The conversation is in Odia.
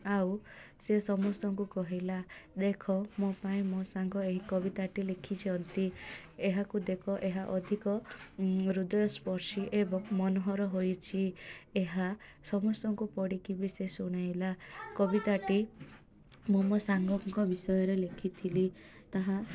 ଆଉ ସେ ସମସ୍ତଙ୍କୁ କହିଲା ଦେଖ ମୋ ପାଇଁ ମୋ ସାଙ୍ଗ ଏହି କବିତାଟି ଲେଖିଛନ୍ତି ଏହାକୁ ଦେଖ ଏହା ଅଧିକ ହୃଦୟସ୍ପର୍ଶୀ ଏବଂ ମନୋହର ହୋଇଛି ଏହା ସମସ୍ତଙ୍କୁ ପଢ଼ିକି ବି ସେ ଶୁଣେଇଲା କବିତାଟି ମୁଁ ମୋ ସାଙ୍ଗଙ୍କ ବିଷୟରେ ଲେଖିଥିଲି ତାହା